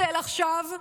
הצל עכשיו,